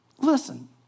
Listen